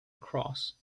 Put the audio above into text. cross